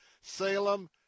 Salem